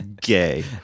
gay